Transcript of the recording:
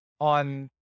on